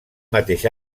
mateix